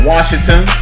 Washington